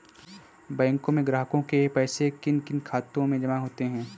बैंकों में ग्राहकों के पैसे किन किन खातों में जमा होते हैं?